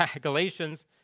Galatians